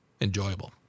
enjoyable